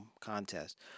contest